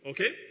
Okay